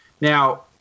Now